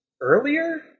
earlier